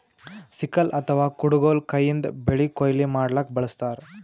sickle ಅಥವಾ ಕುಡಗೊಲ್ ಕೈಯಿಂದ್ ಬೆಳಿ ಕೊಯ್ಲಿ ಮಾಡ್ಲಕ್ಕ್ ಬಳಸ್ತಾರ್